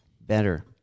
better